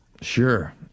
Sure